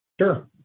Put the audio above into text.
Sure